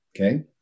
okay